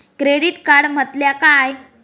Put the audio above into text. Credit card म्हटल्या काय?